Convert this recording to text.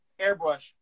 airbrush